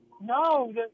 No